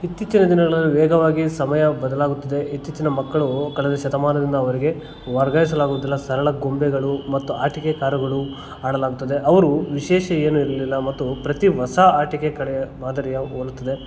ಇತ್ತೀಚಿನ ದಿನಗಳಲ್ಲಿ ವೇಗವಾಗಿ ಸಮಯ ಬದಲಾಗುತ್ತಿದೆ ಇತ್ತೀಚಿನ ಮಕ್ಕಳು ಕಳೆದ ಶತಮಾನದಿಂದ ಅವರಿಗೆ ವರ್ಗಾಯಿಸಲಾಗೋದಿಲ್ಲ ಸರಳ ಗೊಂಬೆಗಳು ಮತ್ತು ಆಟಿಕೆ ಕಾರುಗಳು ಆಡಲಾಗುತ್ತದೆ ಅವರು ವಿಶೇಷ ಏನು ಇರಲಿಲ್ಲ ಮತ್ತು ಪ್ರತಿ ಹೊಸ ಆಟಿಕೆ ಕಡೆ ಮಾದರಿಯಾಗಿ ಹೋಲುತ್ತದೆ